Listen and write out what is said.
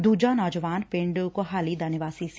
ਦੁਜਾ ਨੌਜਵਾਨ ਪੰਡ ਕੋਹਾਲੀ ਦਾ ਨਿਵਾਸੀ ਸੀ